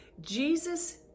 Jesus